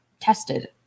tested